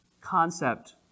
concept